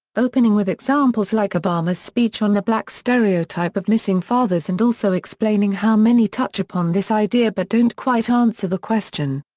opening with examples like obama's speech on the black stereotype of missing fathers and also explaining how many touch upon this idea but don't quite answer the question.